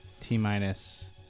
T-minus